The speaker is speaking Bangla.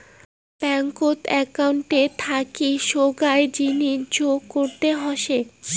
ব্যাঙ্কত একউন্টের সাথি সোগায় জিনিস যোগ করতে হসে